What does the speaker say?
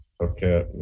Okay